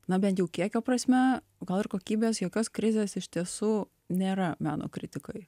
na bent jų kiekio prasme gal ir kokybės jokios krizės iš tiesų nėra meno kritikai